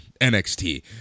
nxt